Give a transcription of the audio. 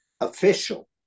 official